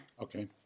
Okay